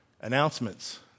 Announcements